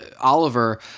Oliver